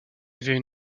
avaient